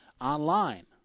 online